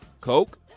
Coke